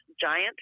Giant